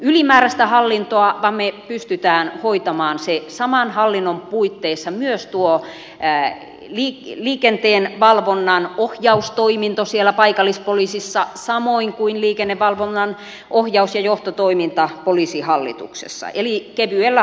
ylimääräistä hallintoa ei tehdä vaan me pystymme hoitamaan saman hallinnon puitteissa myös tuon liikennevalvonnan ohjaustoiminnan siellä paikallispoliisissa samoin kuin liikennevalvonnan ohjaus ja johtotoiminnan poliisihallituksessa eli kevyellä hallinnolla